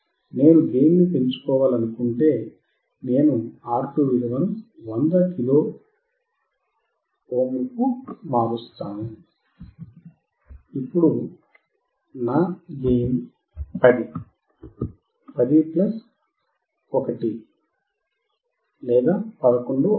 నేను గెయిన్ పెంచుకోవాలనుకుంటే నేను R2 విలువ ను 100 కిలో ఓమ్ కు మారుస్తాను అప్పుడు నా గెయిన్ 10 10 ప్లస్ 1 లేదా 11 అవుతుంది